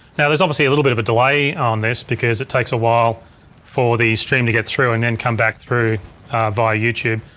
now there's obviously a little bit of a delay on this because it take so a while for the stream to get through and then come back through via youtube.